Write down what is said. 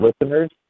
listeners